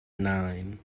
nine